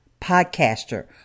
podcaster